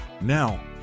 Now